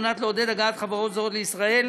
על מנת לעודד הגעת חברות זרות לישראל